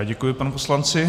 Děkuji panu poslanci.